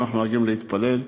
ובו אנחנו נוהגים להתפלל.